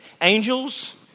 Angels